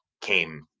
came